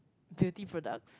beauty products